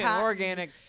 organic